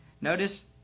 Notice